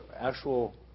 actual